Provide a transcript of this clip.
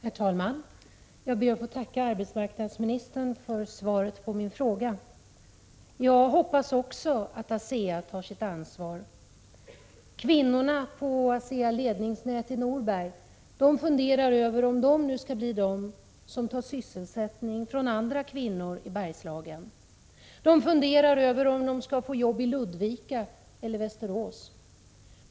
Herr talman! Jag ber att få tacka arbetsmarknadsministern för svaret på min fråga. Jag hoppas också att ASEA tar sitt ansvar. Kvinnorna på ASEA Ledningsnät i Norberg funderar över om de nu kommer att ta sysselsättning från andra kvinnor i Bergslagen. De funderar över om de skall få jobb i Ludvika eller Västerås.